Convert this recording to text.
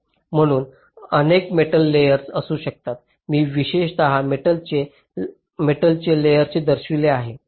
म्हणून अनेक metal layers असू शकतात मी विशेषत मेटलचे लेयर्स दर्शवित आहे